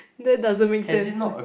that doesn't make sense